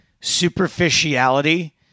superficiality